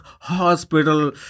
hospital